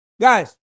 Guys